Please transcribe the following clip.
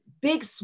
big